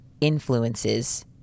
influences